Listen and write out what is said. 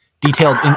detailed